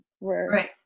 Right